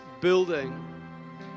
building